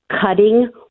cutting